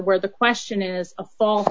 where the question is a fall